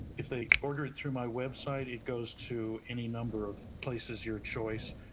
if they order it through my website, it goes to any number of places, your choice,